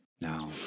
No